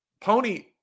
Pony